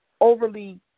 overly